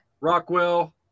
Rockwell